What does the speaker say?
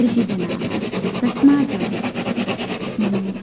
कृषिजनाः तस्मात्